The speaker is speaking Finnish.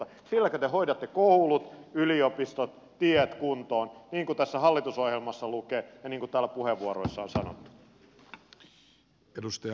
silläkö te hoidatte koulut yliopistot tiet kuntoon niin kuin tässä hallitusohjelmassa lukee ja niin kuin täällä puheenvuoroissa on sanottu